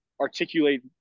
articulate